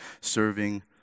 serving